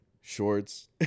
Shorts